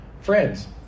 Friends